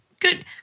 Good